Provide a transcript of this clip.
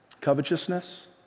Covetousness